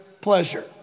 pleasure